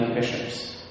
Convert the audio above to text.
bishops